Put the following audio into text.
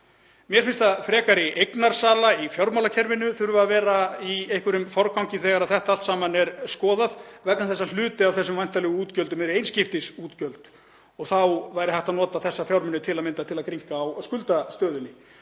Mér finnst að frekari eignasala í fjármálakerfinu þurfi að vera í einhverjum forgangi þegar þetta allt saman er skoðað vegna þess að hluti af þessum væntanlegu útgjöldum eru einskiptisútgjöld og þá væri hægt að nota þessa fjármuni til að mynda til að grynnka á skuldastöðunni.